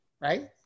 right